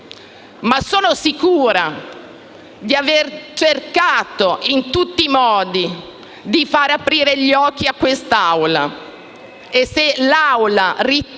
ma sono sicura di aver cercato in tutti i modi di far aprire gli occhi a quest'Assemblea e se essa riterrà